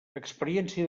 experiència